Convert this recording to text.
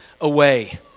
away